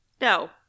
No